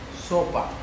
Sopa